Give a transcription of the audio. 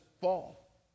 fall